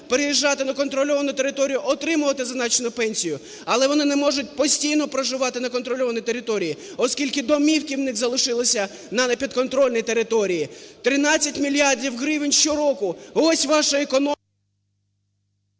переїжджати на контрольовану територію, отримувати зазначену пенсію, але вони не можуть постійно проживати на контрольованій території, оскільки домівки в них залишилися на непідконтрольній території, 13 мільярдів гривень щороку – ось ваша економія...